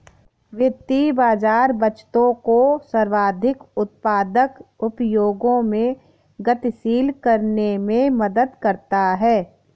वित्तीय बाज़ार बचतों को सर्वाधिक उत्पादक उपयोगों में गतिशील करने में मदद करता है